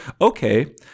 okay